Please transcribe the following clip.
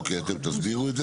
אוקיי, אתם תסבירו את זה.